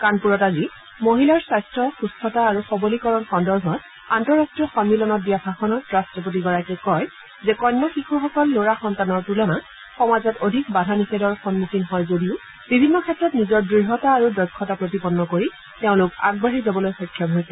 কানপুৰত আজি মহিলাৰ স্বাস্থ্য সুস্থতা আৰু সবলীকৰণ সন্দৰ্ভত আন্তঃৰাষ্ট্ৰীয় সম্মিলনত দিয়া ভাষণত ৰাষ্ট্ৰপতিগৰাকীয়ে কয় যে কন্যা শিশুসকল লৰা সন্তানৰ তুলনাত সমাজত অধিক বাধা নিষেধৰ সন্মুখীন হয় যদিও বিভিন্ন ক্ষেত্ৰত নিজৰ দূঢ়তা আৰু দক্ষতা প্ৰতিপন্ন কৰি তেওঁলোক আগবাঢ়ি যাবলৈ সক্ষম হৈছে